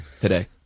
today